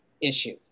issue